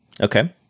Okay